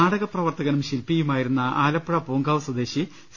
നാടക പ്രവർത്തകനും ശില്പിയുമായിരുന്ന ആലപ്പുഴ പൂങ്കാവ് സ്വദേശി സി